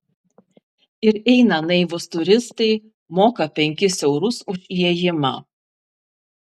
ir eina naivūs turistai moka penkis eurus už įėjimą